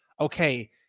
okay